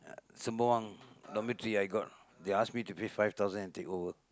Sembawang dormitory I got they ask me to pay five thousand and take over